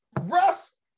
Russ